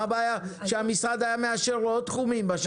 מה הבעיה שהמשרד היה מאשר לו עוד תחומים בשנה הזאת?